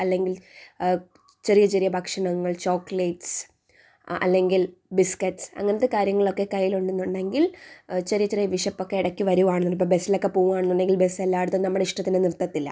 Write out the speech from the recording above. അല്ലെങ്കിൽ ചെറിയ ചെറിയ ഭക്ഷണങ്ങൾ ചോക്ലേറ്റ്സ് അല്ലെങ്കിൽ ബിസ്ക്കറ്റ്സ് അങ്ങനത്തെ കാര്യങ്ങളൊക്കെ കയ്യിൽ ഉണ്ടെന്നുണ്ടെങ്കിൽ ചെറിയ ചെറിയ വിഷപ്പൊക്കെ ഇടക്ക് വരുവാനുണ്ടെങ്കിൽ ഇപ്പോൾ ബസ്സിലൊക്കെ പോവാനുണ്ടെങ്കിൽ ബസ്സ് എല്ലായിടത്തും നമ്മുടെ ഇഷ്ടത്തിന് നിർത്തില്ല